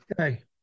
Okay